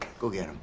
go get em.